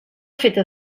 feta